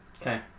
Okay